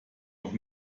noch